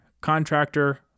contractor